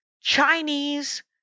Chinese